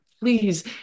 Please